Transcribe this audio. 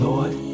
Lord